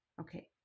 Okay